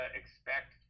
expect